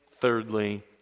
Thirdly